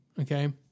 okay